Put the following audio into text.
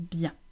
bien